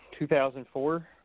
2004